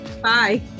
Bye